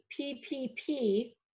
PPP